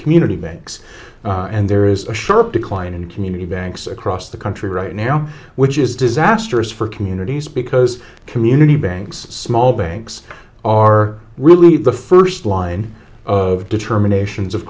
community banks and there is a sharp decline in community banks across the country right now which is disastrous for communities because community banks small banks are really the first line of determinations of